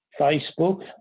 Facebook